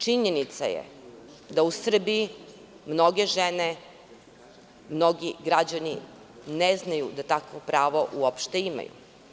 Činjenica je da u Srbiji mnoge žene, mnogi građani ne znaju da takvo pravo uopšte imaju.